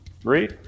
three